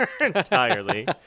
entirely